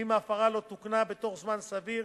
ואם ההפרה לא תוקנה בתוך זמן סביר